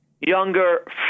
younger